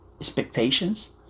expectations